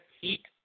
Heat